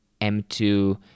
M2